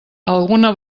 alguna